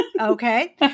Okay